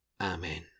Amen